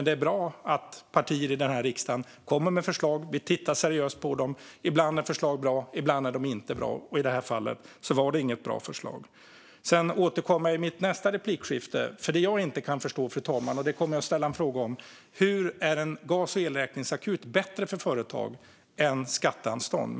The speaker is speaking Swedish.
Det är bra att partier i riksdagen kommer med förslag, och vi tittar seriöst på dem. Ibland är förslag bra, ibland är de inte bra, och i det här fallet var det inget bra förslag. Jag återkommer i min nästa replik med en fråga, för det jag inte kan förstå, fru talman, är hur en gas och elräkningsakut är bättre för företag än skatteanstånd.